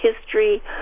history